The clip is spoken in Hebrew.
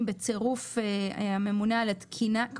בצירוף הממונה על התקינה והגנת הצרכן,